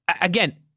Again